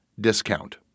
discount